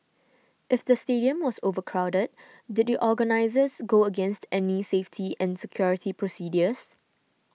if the stadium was overcrowded did the organisers go against any safety and security procedures